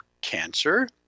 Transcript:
cancer